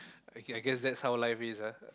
okay I guess that's how life is ah